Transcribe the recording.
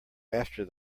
after